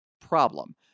problem